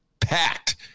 Packed